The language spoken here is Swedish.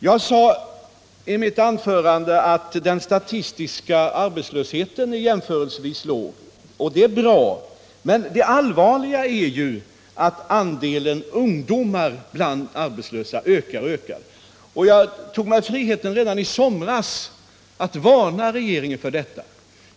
Jag sade i mitt anförande att den statistiska arbetslösheten är jämförelsevis låg, och det är bra. Men det allvarliga är ju att andelen ungdomar bland de arbetslösa ökar och ökar. Jag tog mig friheten redan i somras att varna regeringen för detta.